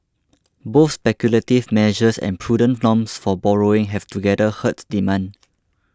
both speculative measures and prudent norms for borrowing have together hurts demand